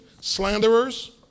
slanderers